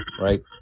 right